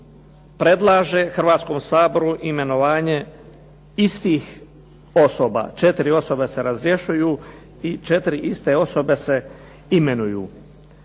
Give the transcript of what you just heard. predlaže Hrvatskom saboru imenovanje istih osoba. Četiri osobe se razrješuju i četiri iste osobe se imenuju.